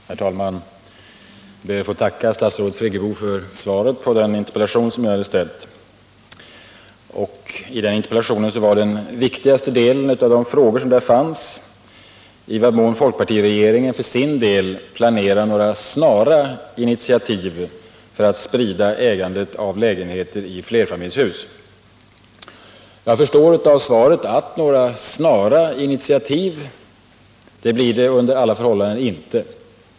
Herr talman! Jag ber att få tacka statsrådet Friggebo för svaret på den interpellation jag ställt. Den viktigaste delen av mina frågor i den interpellationen var i vad mån folkpartiregeringen för sin del planerar några ”snara initiativ” för att sprida ägandet av lägenheter i flerfamiljshus. Jag förstår av svaret att några ”snara” initiativ blir det under alla förhållanden inte.